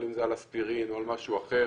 אם זה על אספירין או על משהו אחר,